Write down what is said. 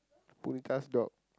Punitha's dog